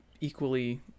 equally